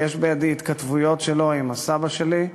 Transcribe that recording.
ויש בידי התכתבויות שלו עם הסבא שלי,